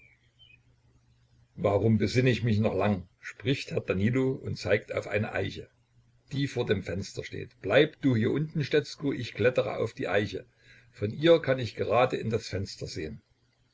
warum besinn ich mich noch lang spricht herr danilo und zeigt auf eine eiche die vor dem fenster steht bleib du hier unten stetzko ich klettere auf die eiche von ihr kann ich gerade in das fenster sehen